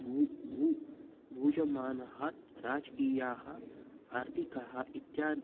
भू भू भूजमानहात् राजकीयाः आर्थिकाः इत्यपि